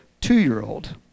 two-year-old